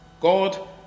God